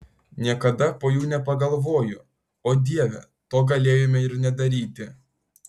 niekada po jų nepagalvoju o dieve to galėjome ir nedaryti